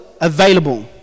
available